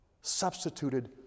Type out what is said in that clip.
substituted